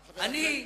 אני,